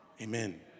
Amen